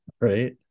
right